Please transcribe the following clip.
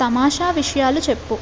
తమాషా విషయాలు చెప్పు